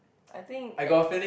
I think at